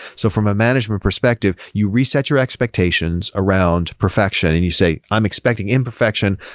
so from a management perspective, you reset your expectations around perfection and you say, i'm expecting imperfection.